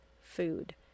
food